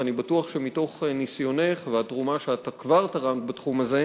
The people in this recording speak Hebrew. אני בטוח שמתוך ניסיונך והתרומה שכבר תרמת בתחום הזה,